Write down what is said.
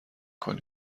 کنی